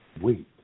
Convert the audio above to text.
wait